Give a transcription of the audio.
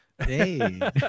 hey